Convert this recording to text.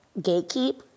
gatekeep